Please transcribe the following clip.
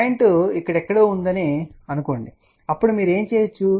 point ఇక్కడ ఎక్కడో ఉందని పరిగణించండి అప్పుడు మీరు ఏమి చేయవచ్చు